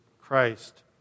Christ